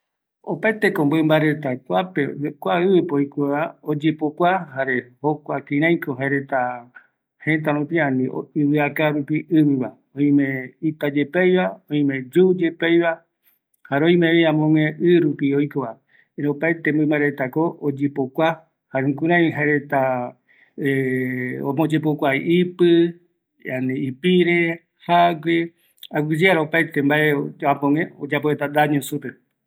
Opaeteko kua mɨmba reta oyepokua kïraïko jaereta oikovaera, kïraïko kaava, ani ɨ yepeaiva, jukuraiko jaereta omboyepokua jete, ipire, jaa, oyepokua vaera oikoape